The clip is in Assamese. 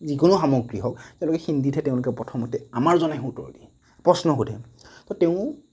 যিকোনো সামগ্ৰী হওক তেওঁলোকে হিন্দীতহে প্ৰথমতে তেওঁলোকে আমাৰজনে উত্তৰ দিয়ে প্ৰশ্ন সুধে তো তেওঁও